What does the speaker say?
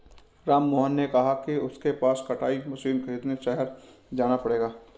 राममोहन ने कहा कि उसे कपास कटाई मशीन खरीदने शहर जाना पड़ेगा